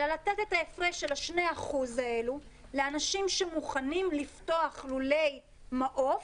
אבל ניתן את ההפרש של ה-2% האלו לאנשים שמוכנים לפתוח לולי מעוף,